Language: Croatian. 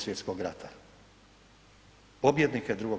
Svjetskog rata, pobjednike II.